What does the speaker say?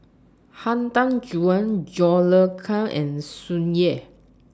Han Tan Juan John Le Cain and Tsung Yeh